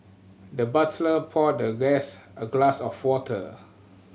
the butler poured the guest a glass of water